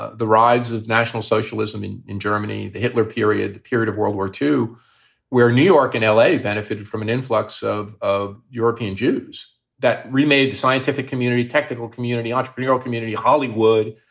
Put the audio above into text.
ah the rise of national socialism in in germany, the hitler period, the period of world war two where new york and l a. benefited from an influx of of european jews that remade the scientific community, technical community, entrepreneurial community, hollywood.